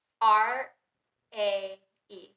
R-A-E